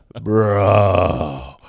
bro